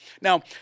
Now